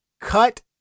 cut